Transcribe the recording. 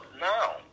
now